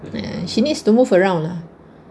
ya she needs to move around lah